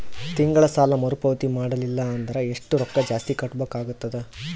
ತಿಂಗಳ ಸಾಲಾ ಮರು ಪಾವತಿ ಮಾಡಲಿಲ್ಲ ಅಂದರ ಎಷ್ಟ ರೊಕ್ಕ ಜಾಸ್ತಿ ಕಟ್ಟಬೇಕಾಗತದ?